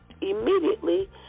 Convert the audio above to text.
immediately